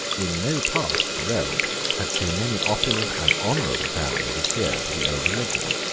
in no part of the realm had so many opulent and honourable families adhered to the old religion.